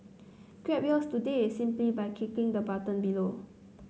grab yours today simply by clicking on the button below